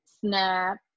Snap